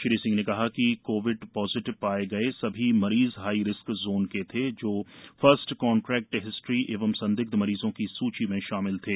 श्री सिंह ने कहा कि कोविड पॉजिटिव पाए गए सभी मरीज हाई रिस्क जोन के थे जो फर्स्ट कांट्रेक्ट हिस्ट्री एवं संदिग्ध मरीजों की सूची में शामिल थे